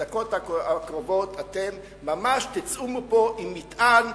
בדקות הקרובות אתם ממש תצאו מפה עם מטען,